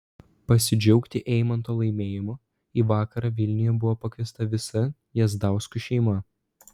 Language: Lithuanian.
pasidžiaugti eimanto laimėjimu į vakarą vilniuje buvo pakviesta visa jazdauskų šeima